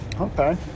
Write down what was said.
Okay